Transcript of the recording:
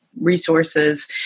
resources